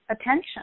attention